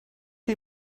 chi